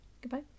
Goodbye